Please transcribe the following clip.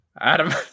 Adam